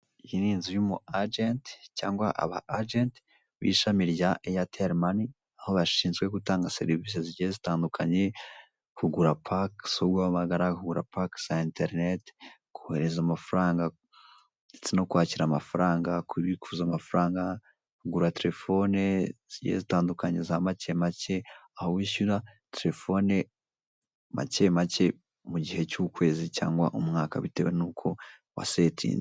Iyi ni inzu y'umu agenti cyangwa aba agenti b' ishami rya Eyateri mani. Aho bashinzwe gutanga serivisi zigiye zitandukanye: kugura pake zo guhamagara, kugura pake za interineti, kohereza amafaranga ndetse no kwakira mafaranga, kubikuza amafaranga, kugura terefone zigiye zitandukanye za macye macye, aho wishyura terefone macye macye mu gihe cy'ukwezi cyangwa umwaka bitewe n'uko wasetinze.